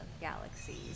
galaxies